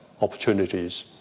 opportunities